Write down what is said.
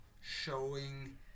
showing